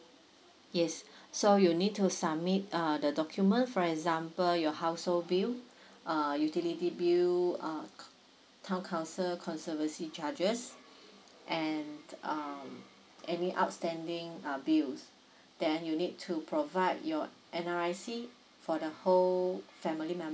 yes so you need to submit uh the document for example your household bill uh utility bill uh town council conservancy charges and um any outstanding uh bills then you need to provide your N_R_I_C for the whole family member